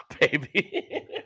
baby